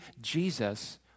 Jesus